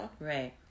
right